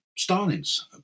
stalin's